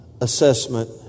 assessment